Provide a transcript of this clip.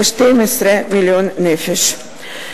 ל-12 מיליון נפש.